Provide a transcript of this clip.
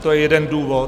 To je jeden důvod.